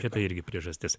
čia ta irgi priežastis